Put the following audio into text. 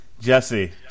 Jesse